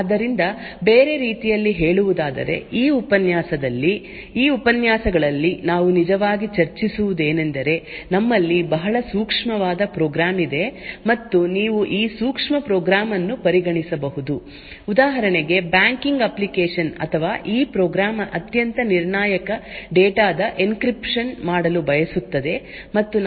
ಆದ್ದರಿಂದ ಬೇರೆ ರೀತಿಯಲ್ಲಿ ಹೇಳುವುದಾದರೆ ಈ ಉಪನ್ಯಾಸಗಳಲ್ಲಿ ನಾವು ನಿಜವಾಗಿ ಚರ್ಚಿಸುವುದೇನೆಂದರೆ ನಮ್ಮಲ್ಲಿ ಬಹಳ ಸೂಕ್ಷ್ಮವಾದ ಪ್ರೋಗ್ರಾಂ ಇದೆ ಮತ್ತು ನೀವು ಈ ಸೂಕ್ಷ್ಮ ಪ್ರೋಗ್ರಾಂ ಅನ್ನು ಪರಿಗಣಿಸಬಹುದು ಉದಾಹರಣೆಗೆ ಬ್ಯಾಂಕಿಂಗ್ ಅಪ್ಲಿಕೇಶನ್ ಅಥವಾ ಈ ಪ್ರೋಗ್ರಾಂ ಅತ್ಯಂತ ನಿರ್ಣಾಯಕ ಡೇಟಾ ದ ಎನ್ಕ್ರಿಪ್ಶನ್ ಮಾಡಲು ಬಯಸುತ್ತದೆ ಮತ್ತು ನಾವು